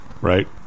right